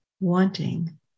wanting